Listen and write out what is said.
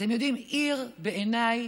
אתם יודעים, עיר, בעיניי,